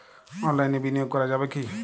অনলাইনে বিনিয়োগ করা যাবে কি?